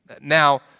Now